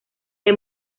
que